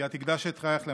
כי את הקדשת את חייך למענה,